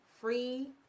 free